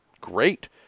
great